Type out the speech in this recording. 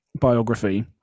biography